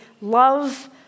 love